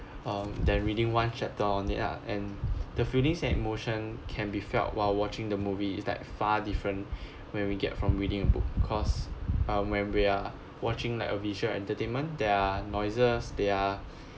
um than reading one chapter on it ah and the feelings and emotion can be felt while watching the movie is like far different when we get from reading a book cause uh when we are watching like a visual entertainment there are noises there are